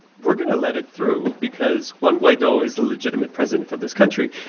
we're going to let it through because juan guaido is the legitimate president of this country.